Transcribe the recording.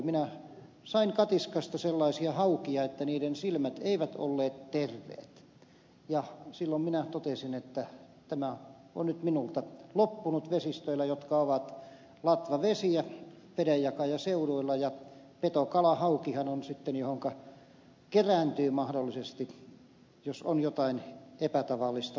minä sain katiskasta sellaisia haukia että niiden silmät eivät olleet terveet ja silloin minä totesin että kalastus on nyt minulta loppunut vesistöillä jotka ovat latvavesiä vedenjakajaseuduilla ja petokala haukihan on sitten se johonka kerääntyy mahdollisesti kaikkea sellaista mikä on epätavallista luonnossa